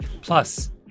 Plus